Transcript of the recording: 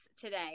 today